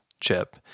Chip